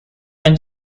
when